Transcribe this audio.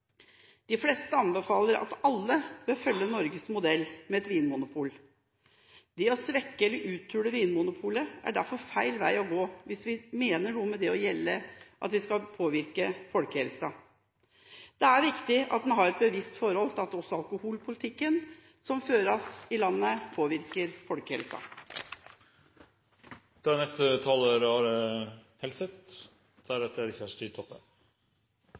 de beste virkemidlene. De fleste anbefaler at alle bør følge Norges modell med et vinmonopol. Det å svekke eller uthule vinmonopolet er derfor feil vei å gå hvis vi mener noe med at vi skal påvirke folkehelsen. Det er viktig at en har et bevisst forhold til at også alkoholpolitikken som føres i landet, påvirker folkehelsen. Til sak nr. 12, representantforslag fra Fremskrittspartiet om Special Olympics Norge: En samlet komité er